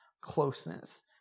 closeness